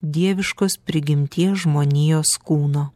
dieviškos prigimties žmonijos kūno